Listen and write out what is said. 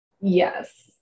Yes